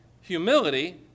humility